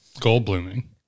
gold-blooming